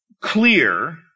clear